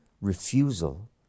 refusal